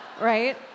Right